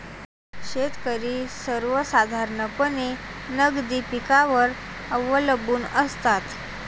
शेतकरी सर्वसाधारणपणे नगदी पिकांवर अवलंबून असतात